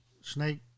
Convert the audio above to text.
snake